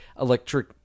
electric